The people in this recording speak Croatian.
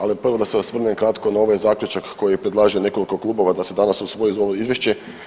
Ali prvo da se osvrnem kratko na ovaj zaključak koji predlaže nekoliko klubova da se danas usvoji uz ovo izvješće.